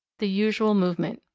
the usual movement.